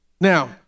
Now